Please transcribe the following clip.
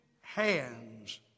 hands